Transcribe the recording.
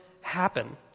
happen